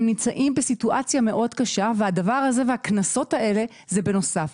הם נמצאים בסיטואציה מאוד קשה והדבר הזה והקנסות האלה זה בנוסף.